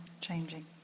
changing